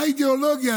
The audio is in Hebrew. מה האידיאולוגיה?